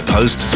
Post